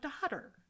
daughter